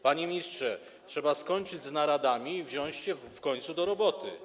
Panie ministrze, trzeba skończyć z naradami i wziąć się w końcu do roboty.